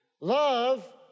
Love